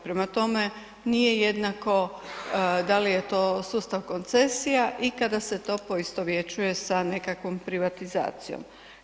Prema tome, nije jednako da li je to sustav koncesija i kada se to poistovjećuje sa nekakvom privatizacijom.